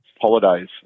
holidays